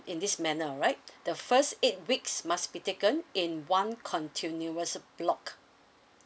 in this manner alright the first eight weeks must be taken in one continuous block